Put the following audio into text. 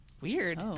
weird